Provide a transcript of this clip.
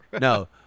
No